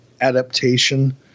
Adaptation